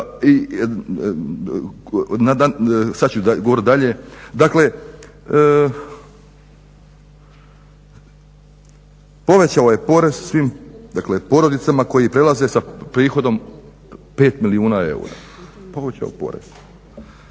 sad ću govorit dalje, dakle povećao je porez svim dakle porodicama koji prelaze sa prihodom 5 milijuna eura. Povećao porez,